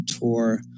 tour